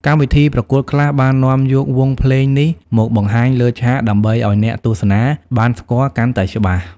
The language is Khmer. កម្មវិធីប្រកួតខ្លះបាននាំយកវង់ភ្លេងនេះមកបង្ហាញលើឆាកដើម្បីឲ្យអ្នកទស្សនាបានស្គាល់កាន់តែច្បាស់។